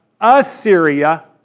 Assyria